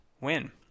win